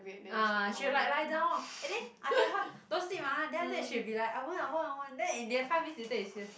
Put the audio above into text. ah she will like lie down ah and then I tell her don't sleep ah then after that she'll be like I won't I won't I won't then in the end five minutes later you see her sleep